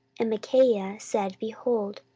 and micaiah said, behold,